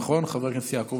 חברת הכנסת מרב מיכאלי,